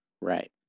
Right